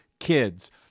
kids